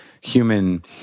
human